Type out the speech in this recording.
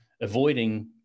avoiding